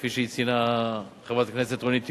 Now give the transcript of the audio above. כפי שציינה חברת הכנסת רונית תירוש,